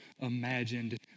imagined